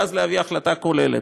ואז להביא החלטה כוללת.